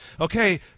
okay